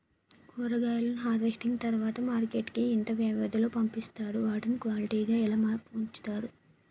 కూరగాయలను హార్వెస్టింగ్ తర్వాత మార్కెట్ కి ఇంత వ్యవది లొ పంపిస్తారు? వాటిని క్వాలిటీ గా ఎలా వుంచుతారు?